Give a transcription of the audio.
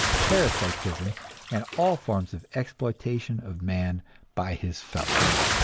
parasitism and all forms of exploitation of man by his fellows.